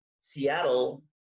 Seattle